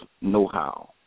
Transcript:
know-how